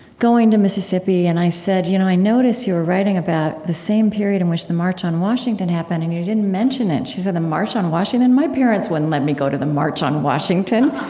going to mississippi, and i said, you know i noticed you were writing about the same period in which the march on washington happened, and you didn't mention it. she said, the march on washington? my parents wouldn't let me go to the march on washington.